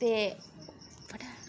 ते